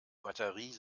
batterie